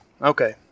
Okay